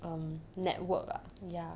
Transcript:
um network bah ya